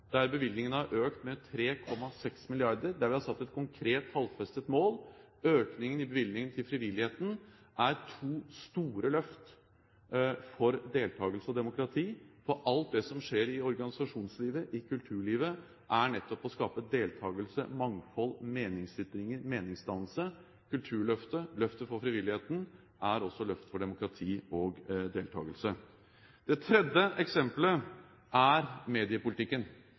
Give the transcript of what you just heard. der bevilgningene har økt med 3,6 mrd. kr, der vi har satt et konkret tallfestet mål – og økningen i bevilgningene til frivilligheten er to store løft for deltakelse og demokrati. For alt det som skjer i organisasjonslivet og kulturlivet, er nettopp å skape deltakelse, mangfold, meningsytringer, meningsdannelse – Kulturløftet og løftet for frivilligheten er også løft for demokrati og deltakelse. Det tredje eksempelet er mediepolitikken.